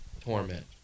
torment